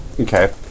Okay